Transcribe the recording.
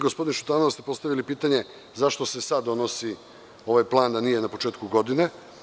Gospodine Šutanovac, vi ste postavili pitanje – zašto se sad donosi ovaj plan, a nije na početku godine?